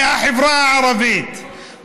מהחברה הערבית.